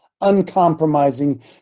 uncompromising